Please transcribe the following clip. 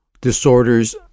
disorders